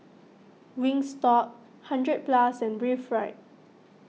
Wingstop hundred Plus and Breathe Right